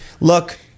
look-